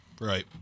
Right